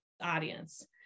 audience